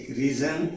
reason